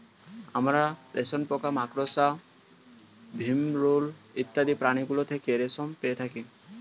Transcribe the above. আমরা রেশম পোকা, মাকড়সা, ভিমরূল ইত্যাদি প্রাণীগুলো থেকে রেশম পেয়ে থাকি